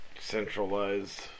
centralized